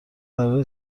قراره